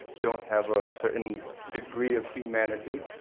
don't have a certain degree of humanity.